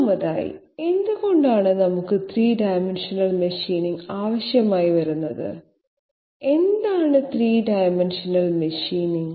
ഒന്നാമതായി എന്തുകൊണ്ടാണ് നമുക്ക് 3 ഡൈമൻഷണൽ മെഷീനിംഗ് ആവശ്യമായി വരുന്നത് എന്താണ് 3 ഡൈമൻഷണൽ മെഷീനിംഗ്